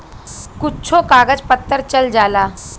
कुच्छो कागज पत्तर चल जाला